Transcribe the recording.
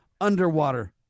underwater